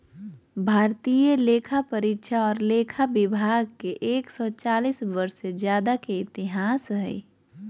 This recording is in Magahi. भारतीय लेखापरीक्षा और लेखा विभाग के एक सौ चालीस वर्ष से ज्यादा के इतिहास हइ